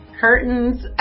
curtains